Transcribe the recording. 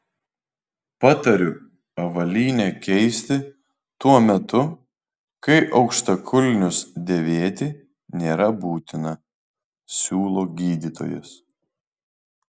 patariu avalynę keisti tuo metu kai aukštakulnius dėvėti nėra būtina siūlo gydytojas